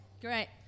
Great